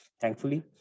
thankfully